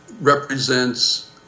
represents